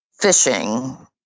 fishing